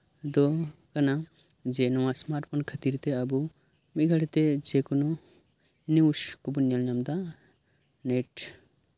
ᱫᱚ ᱠᱟᱱᱟ ᱱᱚᱣᱟ ᱥᱢᱨᱟᱴ ᱯᱷᱳᱱ ᱠᱷᱟᱛᱤᱨᱛᱮ ᱟᱵᱚ ᱢᱤᱫᱽ ᱜᱷᱟᱹᱲᱤᱛᱮ ᱡᱮ ᱠᱳᱱᱳ ᱱᱤᱭᱩᱥ ᱠᱚᱵᱚᱱ ᱧᱮᱞ ᱧᱟᱢ ᱮᱫᱟ ᱱᱮᱴ